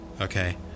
okay